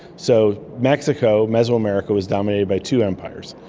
so mexico, mesoamerica, was dominated by two empires,